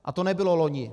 A to nebylo loni.